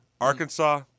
Arkansas